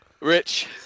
rich